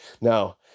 now